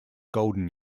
golden